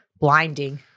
blinding